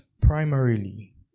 Primarily